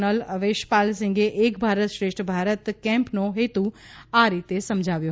kernel Aveshpal સિંઘે એક ભારત શ્રેષ્ઠ ભારત કેમ્પનો હેતુ આ રીતે સમજાવ્યો